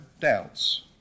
doubts